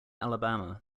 alabama